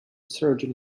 surgeon